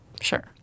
Sure